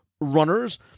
runners